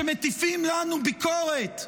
שמטיפים לנו ביקורת,